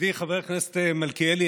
ידידי חבר הכנסת מלכיאלי,